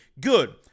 good